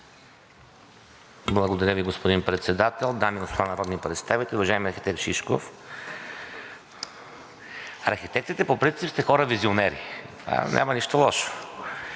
Благодаря Ви, господин Председател. Дами и господа народни представители, уважаеми архитект Шишков! Архитектите по принцип сте хора визионери. Няма нищо лошо.